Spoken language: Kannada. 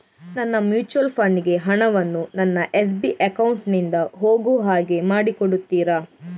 ನನ್ನ ಮ್ಯೂಚುಯಲ್ ಫಂಡ್ ಗೆ ಹಣ ವನ್ನು ನನ್ನ ಎಸ್.ಬಿ ಅಕೌಂಟ್ ನಿಂದ ಹೋಗು ಹಾಗೆ ಮಾಡಿಕೊಡುತ್ತೀರಾ?